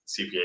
CPA